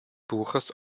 buches